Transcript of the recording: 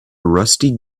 rusty